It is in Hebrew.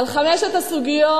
על חמש הסוגיות,